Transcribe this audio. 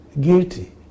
guilty